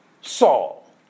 Saul